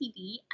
tv